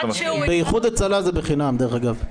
באיחוד הצלה זה בחינם, דרך אגב.